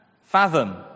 fathom